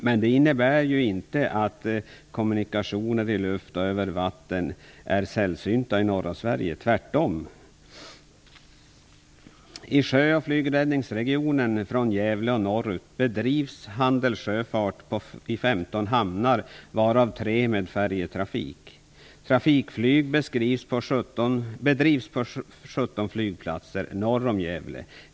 Men det innebär inte att kommunikation i luft och över vatten är sällsynt i norra Sverige flygplatser norr om Gävle.